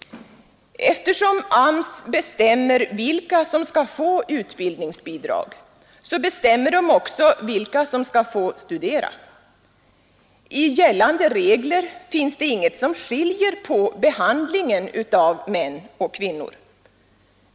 Eftersom AMS bestämmer vilka som skall få utbildningsbidrag så bestämmer de också vilka som skall få studera, I gällande regler finns inget som skiljer på behandlingen av män och kvinnor.